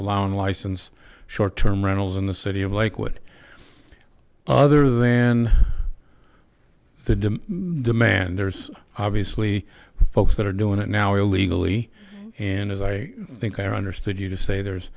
allowing licensed short term rentals in the city of lakewood other than the demand there's obviously folks that are doing it now illegally and as i think i understood you to say there's